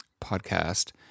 podcast